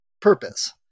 purpose